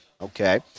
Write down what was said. Okay